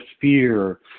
fear